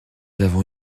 avons